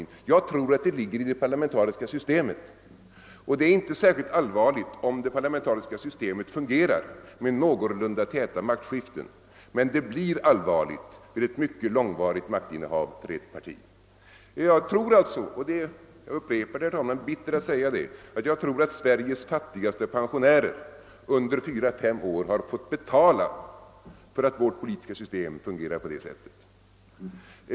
Jag tror att detta är fråga om något som ligger i det parlamentariska systemet och som inte är särskilt allvarligt, om det parlamentariska systemet fungerar med någorlunda täta maktskiften, men som blir allvarligt vid ett mycket långvarigt maktinnehav för ett parti. Jag tror alltså, herr talman — det är bittert att säga, men jag upprepar det — att Sveriges fattigaste pensionärer under fyra fem år har fått betala för att vårt politiska system fungerar på det sättet.